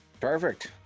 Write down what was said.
perfect